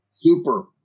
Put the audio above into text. Super